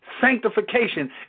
sanctification